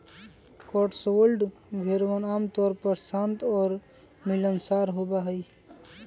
Cotswold भेड़वन आमतौर पर शांत और मिलनसार होबा हई